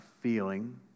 feeling